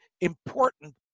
important